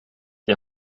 die